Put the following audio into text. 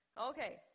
Okay